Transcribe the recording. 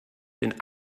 den